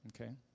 okay